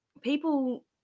people